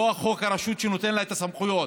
לא חוק רשות שנותן לה את הסמכויות,